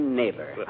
neighbor